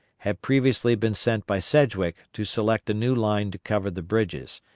had previously been sent by sedgwick to select a new line to cover the bridges,